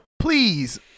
please